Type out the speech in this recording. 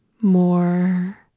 more